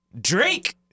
Drake